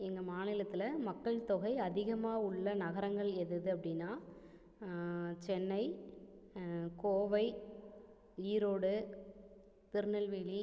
எங்கள் மாநிலத்தில் மக்கள் தொகை அதிகமாக உள்ளே நகரங்கள் எதது அப்படின்னா சென்னை கோவை ஈரோடு திருநெல்வேலி